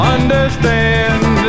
Understand